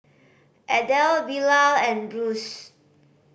Adel Bilal and Bruce